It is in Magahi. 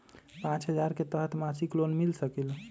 पाँच हजार के तहत मासिक लोन मिल सकील?